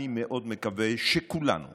אני מאוד מקווה שכולנו